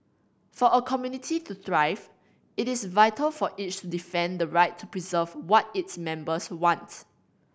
for a community to thrive it is vital for each to defend the right to preserve what its members wants